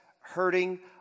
hurting